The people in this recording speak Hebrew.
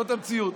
זאת המציאות.